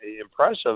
impressive